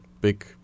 big